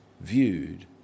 viewed